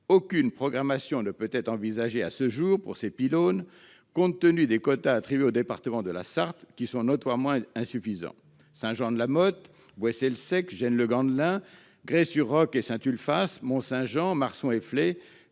Aucune programmation ne peut être envisagée à ce jour pour ces pylônes, compte tenu des quotas attribués au département de la Sarthe, qui sont notoirement insuffisants. Les communes concernées sont Saint-Jean-de-la-Motte, Boëssé-le-Sec, Gesnes-le-Gandelin, Gréez-sur-Roc et Saint-Ulphace ; Mont-Saint-Jean, Marçon et